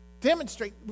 Demonstrate